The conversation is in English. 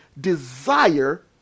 desire